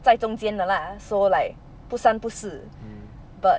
在中间的 lah so like 不三不四 but